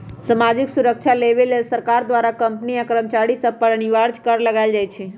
सामाजिक सुरक्षा देबऐ लेल सरकार द्वारा कंपनी आ कर्मचारिय सभ पर अनिवार्ज कर लगायल जाइ छइ